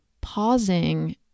pausing